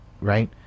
Right